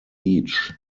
each